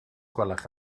gwelwch